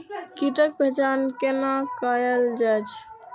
कीटक पहचान कैना कायल जैछ?